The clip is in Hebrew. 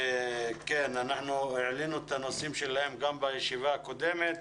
אנחנו העלינו את הנושאים שלהם גם בישיבה הקודמת.